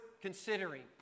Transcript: considering